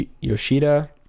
Yoshida